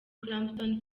clapton